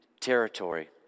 territory